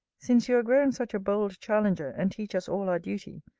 since you are grown such a bold challenger, and teach us all our duty,